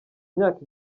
myaka